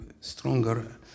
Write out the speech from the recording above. stronger